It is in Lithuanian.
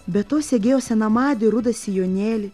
be to segėjo senamadį rudą sijonėlį